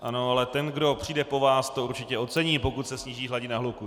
Ano, ale ten, kdo přijde po vás, to určitě ocení, pokud se sníží hladina hluku.